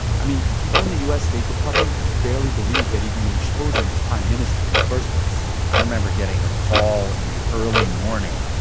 i mean, people in the u s. state department could barely believe he had even been chosen as prime minister in the first place i remember getting a call in the early morning